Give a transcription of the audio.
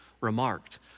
remarked